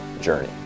journey